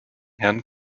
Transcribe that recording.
herrn